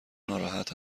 ناراحت